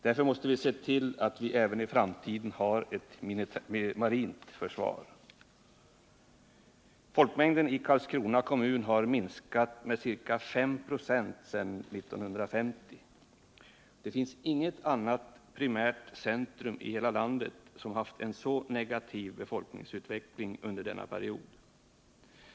Därför måste vi se till att vi även i framtiden har ett marint försvar. Folkmängden i Karlskrona kommun har minskat med ca 5 ?, sedan 1950. Det finns inget annat primärt centrum i hela landet som haft en så negativ befolkningsutveckling under denna period.